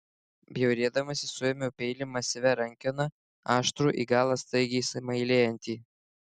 bjaurėdamasi suėmiau peilį masyvia rankena aštrų į galą staigiai smailėjantį